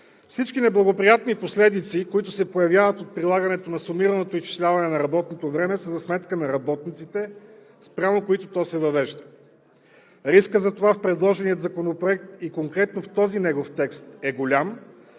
Всички неблагоприятни последици, които се появяват от прилагането на сумираното изчисляване на работното време, са за сметка на работниците, спрямо които то се въвежда. Рискът за това в предложения законопроект и конкретно в този негов текст е голям.